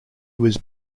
was